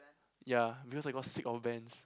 ya because I got sick of bands